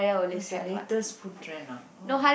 what's the latest food trend ah oh